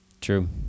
true